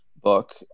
book